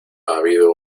habido